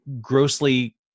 grossly